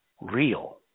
real